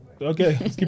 Okay